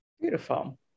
Beautiful